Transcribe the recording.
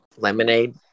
Lemonade